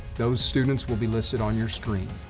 those students will be listed on your screen.